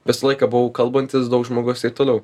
visą laiką buvau kalbantis daug žmogus ir toliau